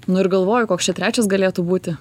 nu ir galvoju koks čia trečias galėtų būti